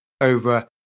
over